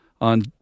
on